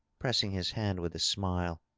pressing his hand with a smile,